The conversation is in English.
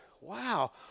wow